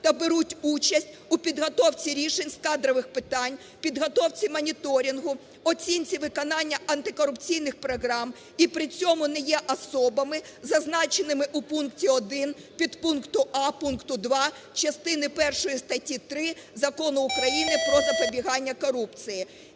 та беруть участь у підготовці рішень з кадрових питань, підготовці моніторингу, оцінці виконання антикорупційних програм і при цьому не є особами, зазначеними у пункті 1 підпункту "а" пункту 2 частини першої статті 3 Закону України "Про запобігання корупції".